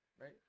Right